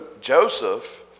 Joseph